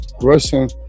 Russian